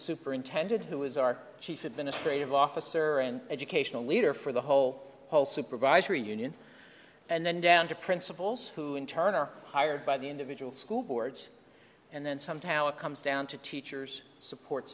superintendent who is our chief administrative officer and educational leader for the whole whole supervisory union and then down to principals who in turn are hired by the individual school boards and then some talent comes down to teachers support